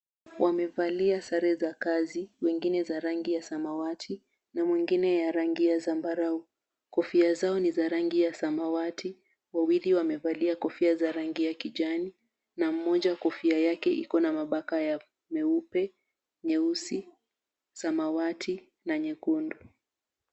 Wamevalia sare za kazi wengine za rangi ya samawati na mwengine ya rangi ya zambarau, kofia zao ni za rangi ya samawati wawili wamevalia kofia za rangi ya kijani na mmoja kofia yake Iko na mabaka meupe, nyeusi, samawati na nyekundu.